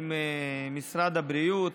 עם משרד הבריאות,